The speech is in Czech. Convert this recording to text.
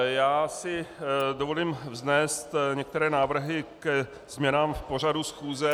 Já si dovolím vznést některé návrhy ke změnám v pořadu schůze.